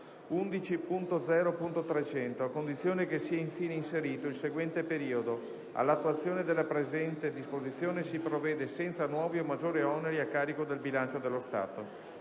11.0.300 a condizione che sia infine inserito il seguente periodo: "All'attuazione della presente disposizione si provvede senza nuovi o maggiori oneri a carico del bilancio dello Stato".